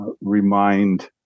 remind